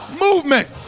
movement